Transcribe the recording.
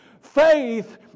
Faith